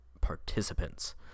participants